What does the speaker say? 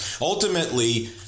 Ultimately